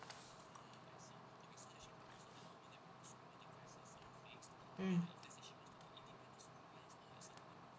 mm